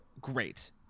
great